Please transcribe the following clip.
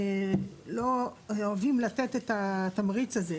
לא אוהבים לתת את התמריץ הזה,